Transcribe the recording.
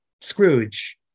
Scrooge